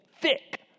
thick